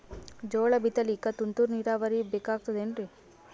ಜೋಳ ಬಿತಲಿಕ ತುಂತುರ ನೀರಾವರಿ ಬೇಕಾಗತದ ಏನ್ರೀ?